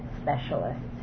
specialists